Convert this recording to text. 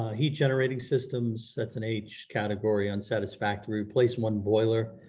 heat generating systems, that's an h category, unsatisfactory replace one boiler,